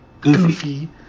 Goofy